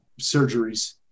surgeries